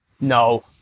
No